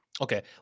Okay